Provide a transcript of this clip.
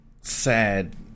sad